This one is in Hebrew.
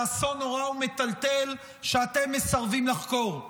באסון נורא ומטלטל שאתם מסרבים לחקור,